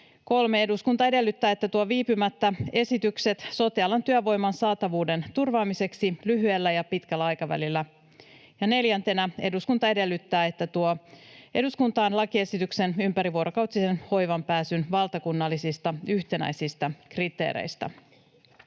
”Eduskunta edellyttää, että hallitus tuo viipymättä esitykset sote-alan työvoiman saatavuuden turvaamiseksi lyhyellä ja pitkällä aikavälillä.” Neljäntenä: ”Eduskunta edellyttää, että hallitus tuo eduskuntaan lakiesityksen ympärivuorokautiseen hoivaan pääsyn valtakunnallisista yhtenäisistä kriteereistä.”